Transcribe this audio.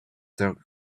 throat